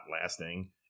lasting